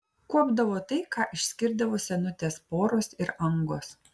kuopdavo tai ką išskirdavo senutės poros ir angos